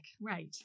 right